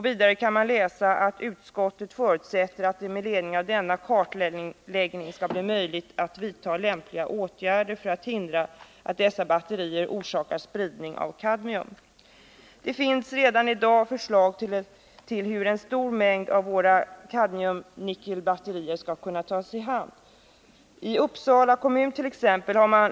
Vidare kan man läsa: ”Utskottet förutsätter att det med ledning av denna kartläggning skall bli möjligt att vidta lämpliga åtgärder för att hindra att dessa batterier orsakar Det finns redan i dag förslag om hur en stor mängd av våra nickelkadmiumbatterier skall kunna tas om hand. Uppsala kommun hart.ex.